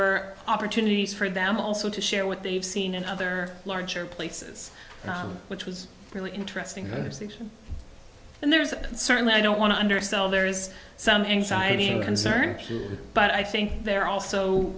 are opportunities for them also to share with they've seen in other larger places which was really interesting good and there's certainly i don't want to undersell there is some anxiety and concern but i think they're also